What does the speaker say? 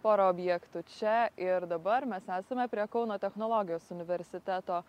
porą objektų čia ir dabar mes esame prie kauno technologijos universiteto